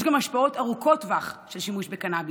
יש גם השפעות ארוכות טווח של שימוש בקנביס,